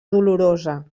dolorosa